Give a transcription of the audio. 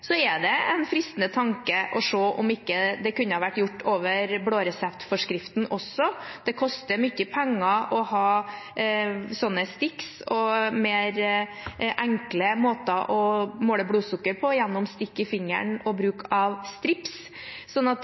er en fristende tanke å se om ikke det kunne vært gjort over blåreseptforskriften også. Det koster mye penger å ha slike sticks og enklere måter å måle blodsukkeret på, gjennom stikk i fingeren og bruk av strips, så det er noe man kan se på. Men det